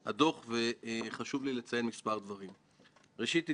לאספקט הציבורי של הסתרת המידע ואי שיתוף הפעולה.